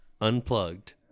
Unplugged